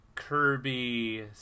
Kirby